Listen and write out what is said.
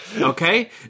Okay